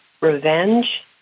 revenge